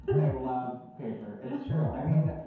they love paper, it's true. i mean,